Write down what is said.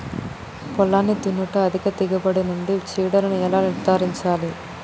పొలాన్ని దున్నుట అధిక దిగుబడి నుండి చీడలను ఎలా నిర్ధారించాలి?